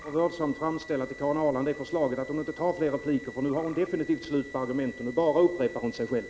Herr talman! Jag får vördsamt föreslå att Karin Ahrland inte begär fler repliker, för nu har hon definitivt slut på argumenten. Nu bara upprepar hon sig själv.